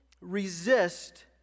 resist